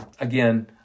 Again